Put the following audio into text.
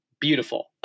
beautiful